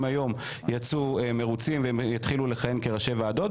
היום יצאו מרוצים ויתחילו לכהן כראשי ועדות,